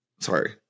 Sorry